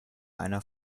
einer